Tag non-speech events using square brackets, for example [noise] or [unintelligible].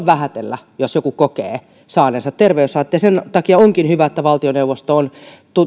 [unintelligible] vähätellä jos joku kokee saaneensa terveyshaittoja ja sen takia onkin hyvä että valtioneuvosto on